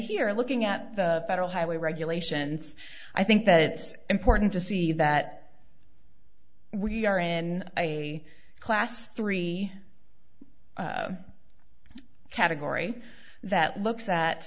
i'm looking at the federal highway regulations i think that it's important to see that we are in a class three category that looks at